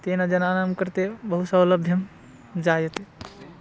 तेन जनानां कृते बहु सौलभ्यं जायते